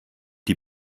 die